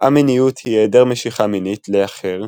א-מיניות היא היעדר משיכה מינית לאחר,